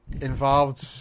involved